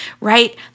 right